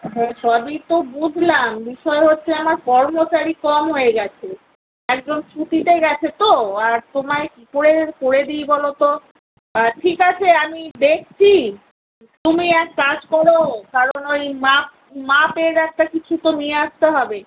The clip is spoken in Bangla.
হ্যাঁ সবই তো বুঝলাম বিষয় হচ্ছে আমার কর্মচারী কম হয়ে গেছে একজন ছুটিতে গেছে তো আর তোমায় কি করে করে দিই বলো তো ঠিক আছে আমি দেখছি তুমি এক কাজ করো কারণ ওই মাপ মাপের একটা কিছু তো নিয়ে আসতে হবে